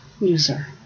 user